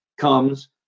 comes